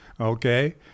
okay